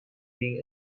being